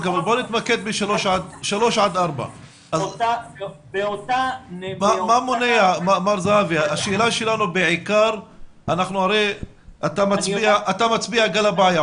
אוקיי, בוא נתמקד ב-3 עד 4. אתה מצביע על הבעיה.